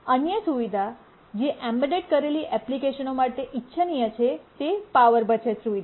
અન્ય સુવિધા જે એમ્બેડ કરેલી એપ્લિકેશનો માટે ઇચ્છનીય છે તે પાવર બચત સુવિધા છે